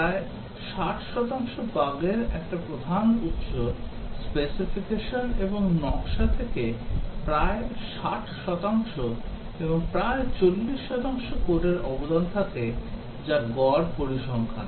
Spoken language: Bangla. প্রায় 60 শতাংশ বাগের একটি প্রধান উৎস স্পেসিফিকেশন এবং নকশা থেকে প্রায় 60 শতাংশ এবং প্রায় 40 শতাংশ কোডের অবদান থাকে যা গড় পরিসংখ্যান